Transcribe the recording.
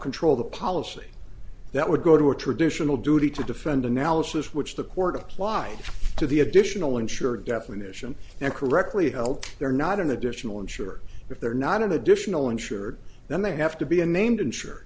control the policy that would go to a traditional duty to defend analysis which the court applied to the additional insured definition and correctly held there not an additional insured if they're not an additional insured then they have to be a named insure